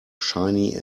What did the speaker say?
shiny